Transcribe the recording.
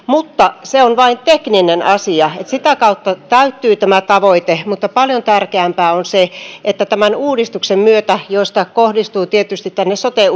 mutta se on vain tekninen asia sitä kautta täyttyy tämä tavoite mutta paljon tärkeämpää on se että tämän uudistuksen myötä kohdistuvat tietysti sote